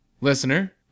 Listener